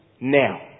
Now